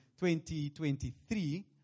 2023